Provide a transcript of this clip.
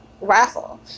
raffle